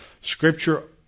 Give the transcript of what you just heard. Scripture